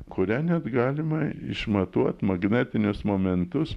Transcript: kurią net galima išmatuot magnetinius momentus